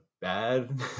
bad